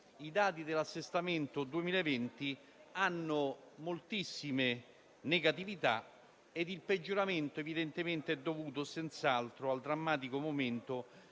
i dati dell'assestamento 2020 hanno moltissime negatività, e il peggioramento è dovuto senz'altro al drammatico momento